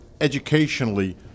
educationally